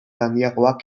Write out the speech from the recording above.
handiagoak